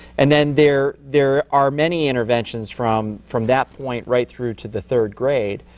and then there there are many interventions from from that point right through to the third grade.